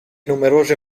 numerose